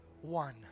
one